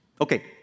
Okay